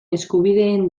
eskubideen